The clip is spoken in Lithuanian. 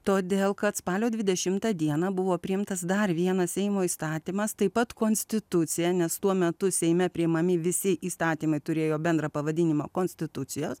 todėl kad spalio dvidešimtą dieną buvo priimtas dar vienas seimo įstatymas taip pat konstitucija nes tuo metu seime priimami visi įstatymai turėjo bendrą pavadinimą konstitucijos